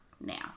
now